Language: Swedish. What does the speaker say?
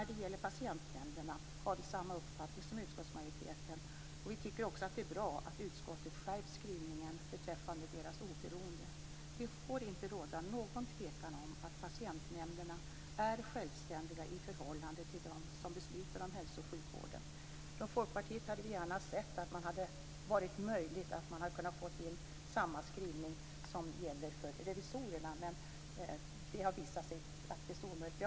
Vad gäller patientnämnderna har vi samma uppfattning som utskottsmajoriteten och tycker att det är bra att utskottet har skärpt skrivningen beträffande deras oberoende. Det får inte råda någon tvekan om att patientnämnderna är självständiga i förhållande till dem som beslutar om hälso och sjukvården. Från Folkpartiet hade vi gärna sett att det varit möjligt att få in samma skrivning som gäller för revisorerna, men det har visat sig praktiskt omöjligt.